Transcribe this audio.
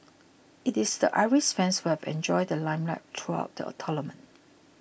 it is the Irish fans who have enjoyed the limelight throughout the tournament